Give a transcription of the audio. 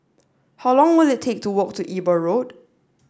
how long will it take to walk to Eber Road